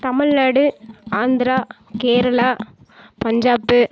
Tamil Nadu Andhra Kerala Punjab